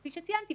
כפי שציינתי,